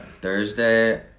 thursday